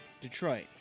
Detroit